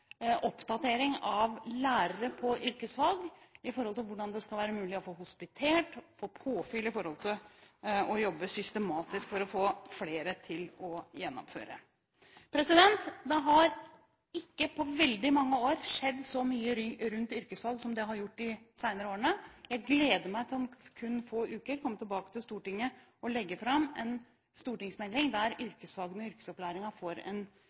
oppdatering av lærere på yrkesfag med tanke på hvordan det skal være mulig å få hospitert og få påfyll for å kunne jobbe systematisk for å få flere til å gjennomføre. Det har ikke på veldig mange år skjedd så mye rundt yrkesfag som det har gjort de senere årene. Jeg gleder meg til – om kun få uker – å komme tilbake til Stortinget og legge fram en stortingsmelding der yrkesfagene i yrkesopplæringen får en